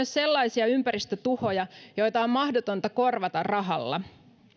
sellaisia ympäristötuhoja joita on mahdotonta korvata rahalla